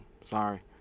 Sorry